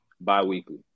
bi-weekly